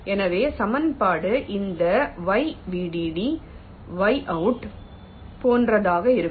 எனவே சமன்பாடு இந்த y vdd yout போன்றதாக இருக்கும்